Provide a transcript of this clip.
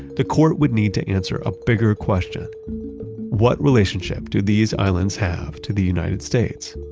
the court would need to answer a bigger question what relationship do these islands have to the united states?